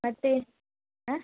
ಮತ್ತು ಹಾಂ